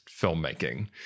filmmaking